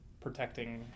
protecting